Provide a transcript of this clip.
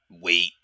Wait